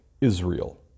Israel